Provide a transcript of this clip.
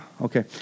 okay